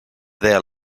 there